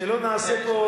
שלא נעשה פה,